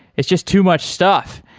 it's just too much stuff.